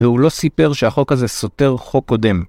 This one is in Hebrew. והוא לא סיפר שהחוק הזה סותר חוק קודם.